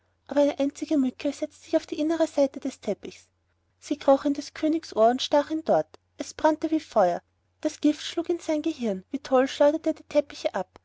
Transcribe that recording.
aber eine einzige mücke setzte sich auf die innere seite des teppichs sie kroch in des königs ohr und stach ihn dort es brannte wie feuer das gift schlug in sein gehirn wie toll schleuderte er die teppiche ab